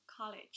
college